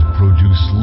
produce